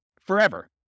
forever